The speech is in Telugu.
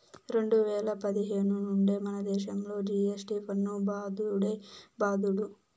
రెండు వేల పదిహేను నుండే మనదేశంలో జి.ఎస్.టి పన్ను బాదుడే బాదుడు